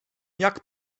jak